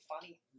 funny